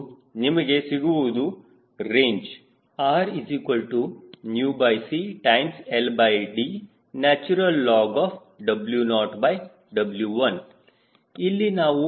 ನಿಮಗೆ ಸಿಗುವುದು range RCLDlnW0W1 ಇಲ್ಲಿ ನಾವು ಮಾಡಿರುವಂತಹ ಊಹೆಗಳು ಯಾವುವು